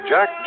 Jack